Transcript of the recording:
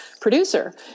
producer